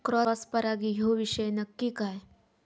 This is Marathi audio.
क्रॉस परागी ह्यो विषय नक्की काय?